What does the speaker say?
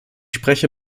spreche